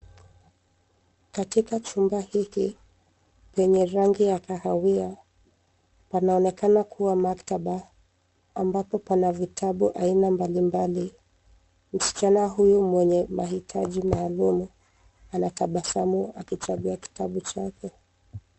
Katika chumba hiki yenye rangi ya kahawia panaonekana kuwa maktaba ambapo pana vitabu aina mbalimbali. Msichana huyu mwenye mahitaji maalum anatabasamu akichagua kitabu chake.